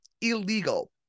illegal